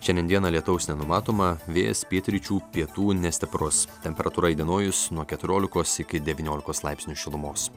šiandien dieną lietaus nenumatoma vėjas pietryčių pietų nestiprus temperatūra įdienojus nuo keturiolikos iki devyniolikos laipsnių šilumos